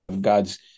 God's